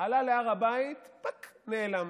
עלה להר הבית, פק, נעלם.